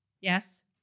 Yes